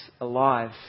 alive